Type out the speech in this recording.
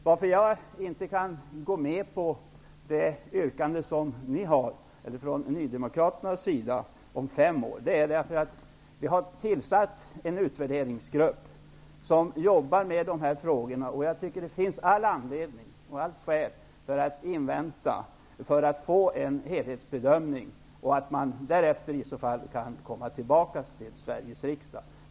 Orsaken till att jag inte kan gå med på Nydemokraternas yrkande beträffande femårsperioden är att en utvärderingsgrupp är tillsatt som har att jobba med dessa frågor. Det finns all anledning att invänta resultatet av det arbetet. Då kan en helhetsbedömning göras. Eventuellt kan man därefter återkomma med ett förslag till riksdagen.